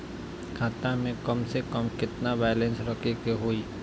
खाता में कम से कम केतना बैलेंस रखे के होईं?